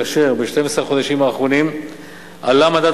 כאשר ב-12 החודשים האחרונים עלה מדד